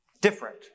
different